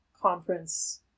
conference